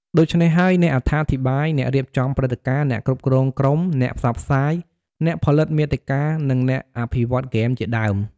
ដូច្នេះហើយ អ្នកអត្ថាធិប្បាយ អ្នករៀបចំព្រឹត្តិការណ៍ អ្នកគ្រប់គ្រងក្រុម អ្នកផ្សព្វផ្សាយ អ្នកផលិតមាតិកា និងអ្នកអភិវឌ្ឍន៍ហ្គេមជាដើម។